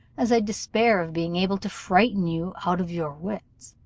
as i despair of being able to frighten you out of your wits.